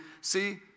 See